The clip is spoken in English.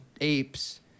apes